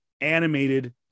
animated